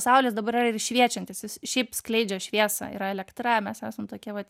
saulės dabar yra ir šviečiantis jis šiaip skleidžia šviesą yra elektra mes esam tokie vat